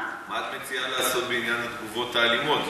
מה את מציעה לעשות בעניין התגובות האלימות?